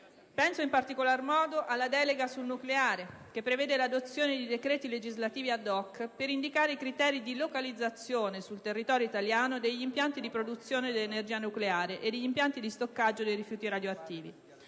Penso, in particolar modo, alla delega sul nucleare, che prevede l'adozione di decreti legislativi *ad hoc* per indicare i criteri di localizzazione sul territorio italiano degli impianti di produzione dell'energia nucleare e degli impianti di stoccaggio dei rifiuti radioattivi.